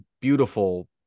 beautiful